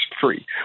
free